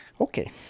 Okay